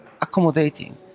accommodating